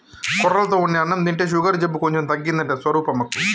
కొర్రలతో వండిన అన్నం తింటే షుగరు జబ్బు కొంచెం తగ్గిందంట స్వరూపమ్మకు